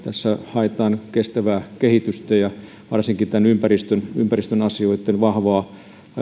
tässä haetaan kestävää kehitystä ja varsinkin ympäristön ympäristön asioitten vahvaa